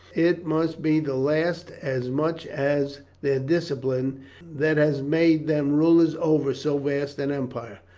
it must be the last as much as their discipline that has made them rulers over so vast an empire.